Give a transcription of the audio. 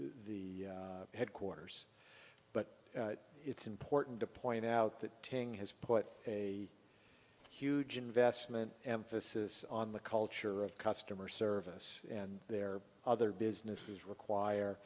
e headquarters but it's important to point out that tang has put a huge investment emphasis on the culture of customer service and their other businesses require